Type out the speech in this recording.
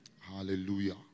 Hallelujah